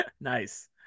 Nice